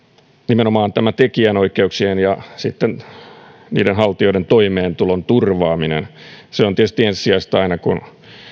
nimenomaan tämä tekijänoikeuksien haltijoiden toimeentulon turvaaminen se on tietysti ensisijaista aina kun